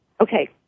Okay